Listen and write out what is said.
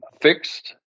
fixed